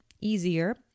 easier